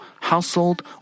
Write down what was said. household